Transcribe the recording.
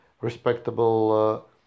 respectable